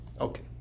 Okay